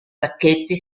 pacchetti